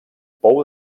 pou